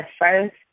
first